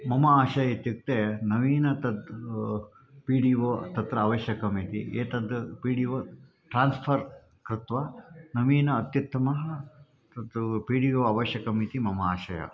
मम आशयः इत्युक्ते नवीनः तद् पी डी ओ तत्र आवश्यकम् इति एतद् पी डी ओ ट्रान्स्फ़र् कृत्वा नवीनः अत्युत्तमः तत् पी डी ओ आवश्यकः इति मम आशयः